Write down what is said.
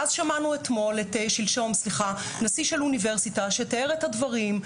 ואז שמענו שלשום נשיא את אוניברסיטה שתיאר את הדברים.